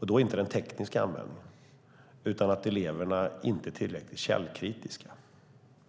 Då handlar det inte om den tekniska användningen utan om att eleverna inte är tillräckligt källkritiska.